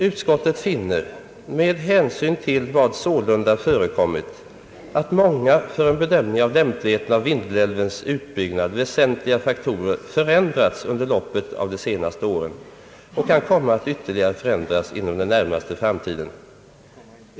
»Utskottet finner med hänsyn till vad sålunda förekommit att många för en bedömning av lämpligheten av Vindelälvens utbyggnad väsentliga faktorer förändrats under loppet av de senaste åren och kan komma att ytterligare förändras inom den närmaste framtiden.